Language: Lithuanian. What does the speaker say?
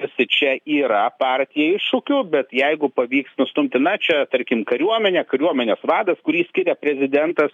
tarsi čia yra partijai iššūkių bet jeigu pavyks nustumti na čia tarkim kariuomenė kariuomenės vadas kurį skiria prezidentas